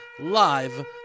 live